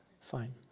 fine